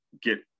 get